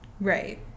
Right